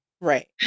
Right